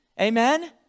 Amen